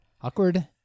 awkward